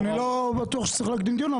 אני לא בטוח שצריך להקדים דיון,